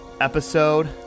episode